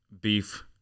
beef